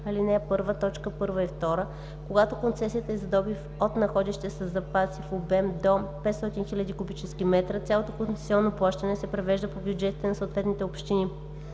ал. 1, т. 1 и 2. Когато концесията е за добив от находище със запаси в обем до 500 000 куб. м, цялото концесионно плащане се превежда по бюджетите на съответните общини.